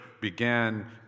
began